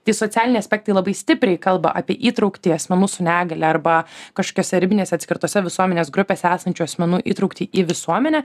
tai socialiniai aspektai labai stipriai kalba apie įtrauktį asmenų su negalia arba kažkokiose ribinėse atskirtose visuomenės grupėse esančių asmenų įtrauktį į visuomenę